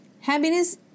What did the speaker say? Happiness